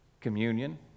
communion